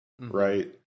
right